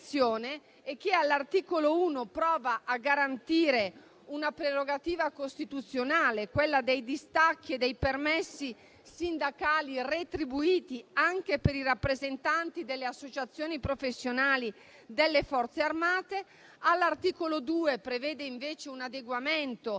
e che all'articolo 1 prova a garantire una prerogativa costituzionale, quella dei distacchi e dei permessi sindacali retribuiti anche per i rappresentanti delle associazioni professionali delle Forze armate; all'articolo 2 prevede invece un adeguamento